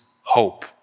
hope